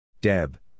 Deb